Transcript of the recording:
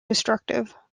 destructive